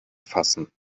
fassen